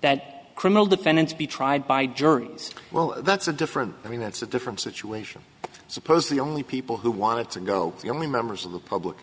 that criminal defendants be tried by juries well that's a different i mean that's a different situation i suppose the only people who wanted to go the only members of the public